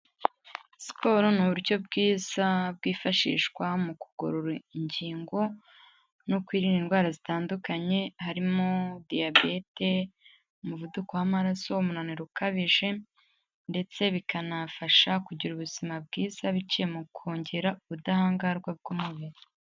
Siporo ni uburyo bwiza bwifashishwa mu kugorora ingingo no kwirinda indwara zitandukanye, harimo Diyabete, umuvuduko w'amaraso, umunaniro ukabije ndetse bikanafasha kugira ubuzima bwiza biciye mu kongera ubudahangarwa bw'umubiri.